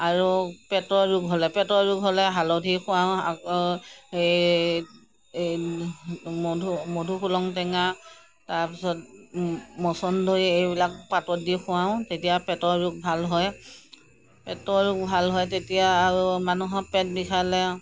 আৰু পেটৰ ৰোগ হ'লে পেটৰ ৰোগ হ'লে হালধি খুৱাওঁ আকৌ এই মধুসোলং টেঙা তাৰপিছত ম মচন্দৰি এইবিলাক পাতত দি খুৱাওঁ তেতিয়া পেটৰ ৰোগ ভাল হয় পেটৰ ৰোগ ভাল হয় তেতিয়া আৰু মানুহৰ পেট বিষালে